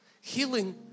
Healing